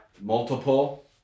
multiple